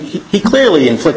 he clearly inflict